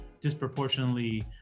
disproportionately